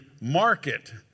market